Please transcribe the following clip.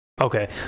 Okay